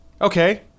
Okay